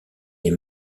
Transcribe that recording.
les